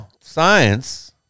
science